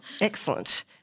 Excellent